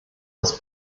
das